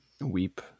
weep